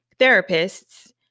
therapists